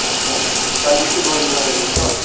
ଆଚ୍ଛା କ୍ଵାଲିଟି ଭଲ ରହିବ ତ